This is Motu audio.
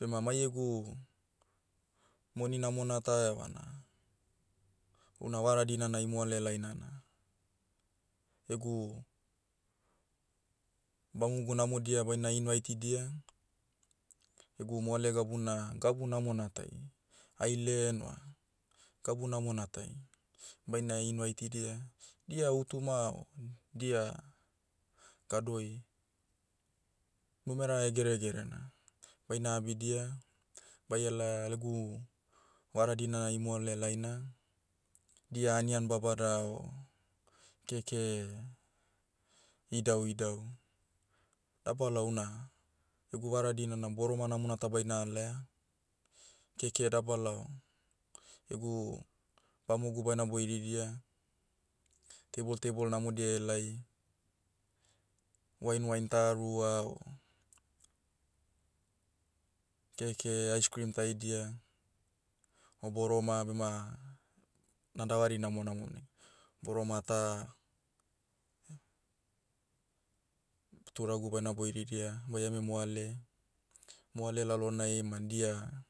bema mai egu, moni namona ta evana, una vara dinana imoale laina na, egu, bamogu namodia baina invaitidia, egu moale gabuna gabu namona tai, ailen va, gabu namona tai, baina invaitidia, dia hutuma o, dia, gadoi, numera hegeregerena. Baina abidia, baiala lagu, vara dinana imoale laina. Dia anian babada o, keke, idauidau. Dabalao una, egu vara dinana boroma namona ta baina alaia, keke dabalao, egu, bamogu baina boiridia, table table namodia helai, wine wine ta rua o, keke ice cream taidia, o boroma bema, na davarai namonamom ne. Boroma ta, turagu baina boiridia, baiame moale. Moale lalonai ma dia,